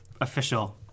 official